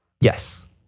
Yes